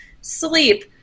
sleep